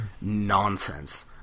nonsense